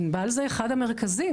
ענבל זה אחד המרכזים,